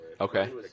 Okay